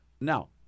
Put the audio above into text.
Now